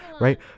right